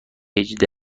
هجده